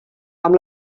amb